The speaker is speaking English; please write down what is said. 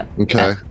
Okay